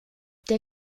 der